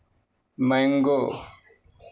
mango